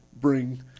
bring